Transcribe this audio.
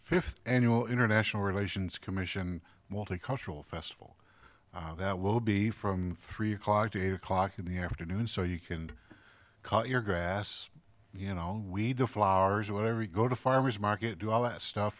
fifth annual international relations commission multicultural festival that will be from three o'clock to eight o'clock in the afternoon so you can cut your grass you know weed the flowers or whatever you go to farmer's market do all that stuff